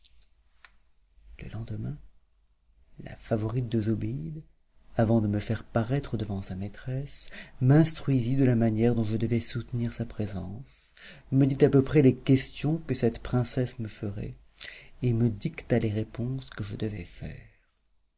le lendemain la favorite de zobéide avant de me faire paraître devant sa maîtresse m'instruisit de la manière dont je devais soutenir sa présence me dit à peu près les questions que cette princesse me ferait et me dicta les réponses que je devais faire